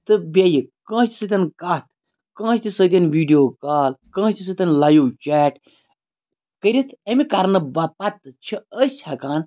تہٕ بیٚیہِ کٲنٛسہِ سۭتۍ کَتھ کٲنٛسہِ تہِ سۭتۍ ویٖڈیو کال کٲنٛسہِ تہِ سۭتۍ لایِو چیٹ کٔرِتھ امہِ کَرنہٕ پَتہٕ چھِ أسۍ ہیٚکان